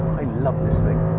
i love this thing.